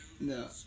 No